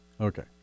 Okay